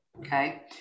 Okay